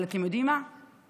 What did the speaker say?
אבל אתם יודעים מה קרה?